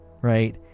right